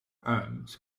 arms